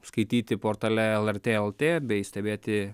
skaityti portale lrt lt bei stebėti